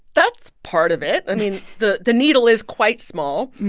that's part of it. i mean, the the needle is quite small.